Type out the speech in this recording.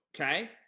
okay